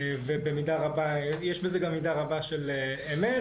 ובמידה רבה יש בזה גם מידה רבה של אמת.